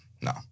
no